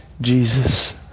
Jesus